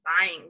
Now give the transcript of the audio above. buying